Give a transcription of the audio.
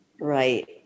Right